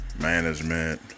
management